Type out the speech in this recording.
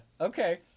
Okay